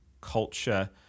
culture